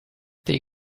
they